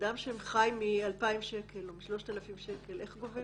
אדם שחי מ-2,000 או 3,000 שקל, איך גובים ממנו?